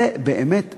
זה באמת מביך.